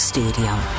Stadium